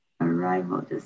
Arrival